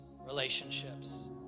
relationships